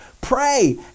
pray